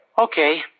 Okay